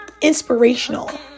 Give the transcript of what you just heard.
inspirational